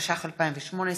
התשע"ח 2018,